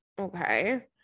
Okay